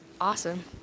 awesome